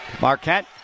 Marquette